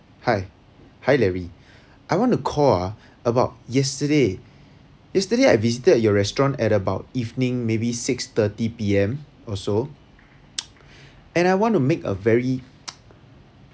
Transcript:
hi hi larry I want to call ha about yesterday yesterday I visited your restaurant at about evening maybe six thirty P_M also and I want to make a very